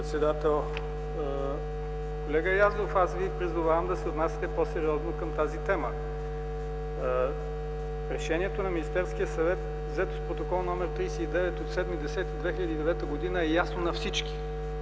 председател. Колега Язов, аз Ви призовавам да се отнасяте по-сериозно към тази тема. Решението на Министерския съвет, взето с Протокол № 39 от 07 октомври 2009 г., е ясно на всички.